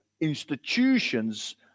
institutions